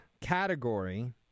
category